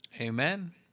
Amen